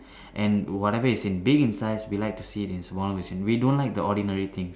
and whatever is in big in size we like to see it in small version we don't the ordinary things